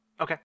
Okay